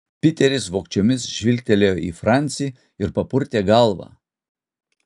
piteris vogčiomis žvilgtelėjo į francį ir papurtė galvą